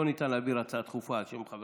לא ניתן להעביר הצעה דחופה על שם חבר